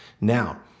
now